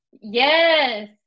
Yes